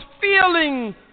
feeling